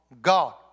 God